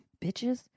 Bitches